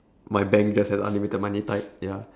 my bank just have unlimited money type ya